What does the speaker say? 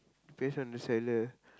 depends on the seller